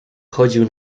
chodził